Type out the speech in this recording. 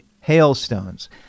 hailstones